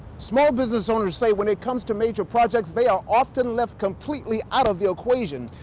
small business owners say when it comes to major projects, they are often left completely out of the equation.